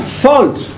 fault